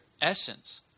essence